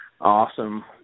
awesome